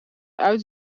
uit